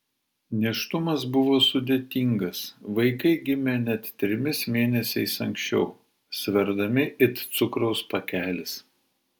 nėštumas buvo sudėtingas vaikai gimė net trimis mėnesiais anksčiau sverdami it cukraus pakelis